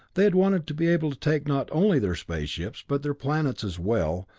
they had wanted to be able to take not only their space ships, but their planets as well,